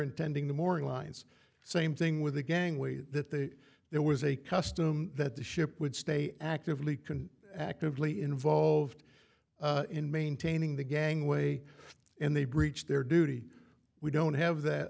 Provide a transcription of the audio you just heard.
and tending the morning lines same thing with the gangway that they there was a custom that the ship would stay actively can actively involved in maintaining the gangway and they breached their duty we don't have that